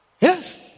yes